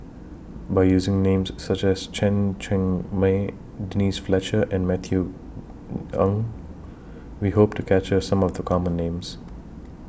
By using Names such as Chen Cheng Mei Denise Fletcher and Matthew Ngui We Hope to capture Some of The Common Names